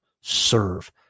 serve